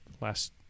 last